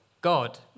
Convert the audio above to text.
God